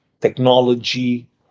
technology